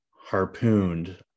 harpooned